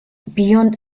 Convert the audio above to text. beyond